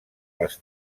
les